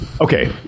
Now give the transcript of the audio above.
Okay